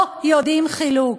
לא יודעים חילוק.